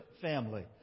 family